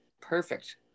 perfect